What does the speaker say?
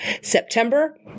September